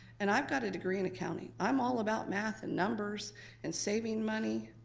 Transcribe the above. and i've got a degree in accounting. i am all about math and numbers and saving money